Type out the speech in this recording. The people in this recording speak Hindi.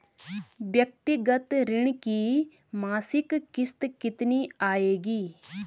व्यक्तिगत ऋण की मासिक किश्त कितनी आएगी?